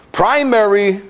primary